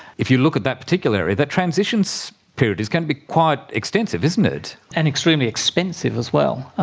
if you look at that particular area, that transition so period is going to be quite extensive, isn't it. and extremely expensive as well. ah